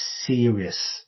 serious